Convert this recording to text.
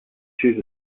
choose